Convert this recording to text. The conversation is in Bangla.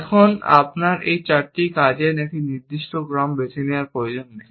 এখন আপনার এই চারটি কাজের একটি নির্দিষ্ট ক্রম বেছে নেওয়ার প্রয়োজন নেই